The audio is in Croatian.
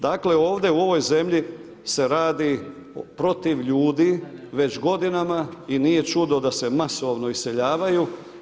Dakle, ovdje u ovoj zemlji se radi protiv ljudi već godinama i nije čudo da se masovno iseljavaju.